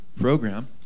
program